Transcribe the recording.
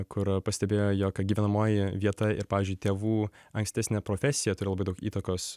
kur pastebėjo jog gyvenamoji vieta ir pavyzdžiui tėvų ankstesnė profesija turi labai daug įtakos